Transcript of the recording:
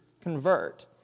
convert